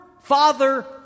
father